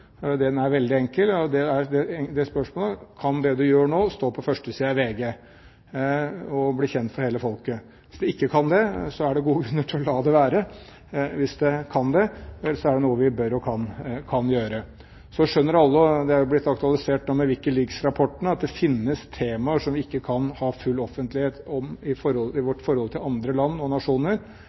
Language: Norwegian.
Den er veldig enkel. Det er spørsmålet: Kan det du gjør nå, stå på førstesiden av VG og bli kjent for hele folket? Hvis det ikke kan det, er det gode grunner til å la det være. Hvis det kan det, er det noe vi bør og kan gjøre. Så skjønner alle – det har nå blitt aktualisert med WikiLeaks-rapporten – at det finnes temaer som vi ikke kan ha full offentlighet om i vårt forhold til andre nasjoner, men det må være det absolutte unntaket. Utgangspunktet er at det vi gjør, er godt og